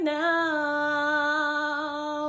now